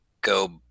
go